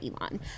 Elon